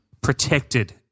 Protected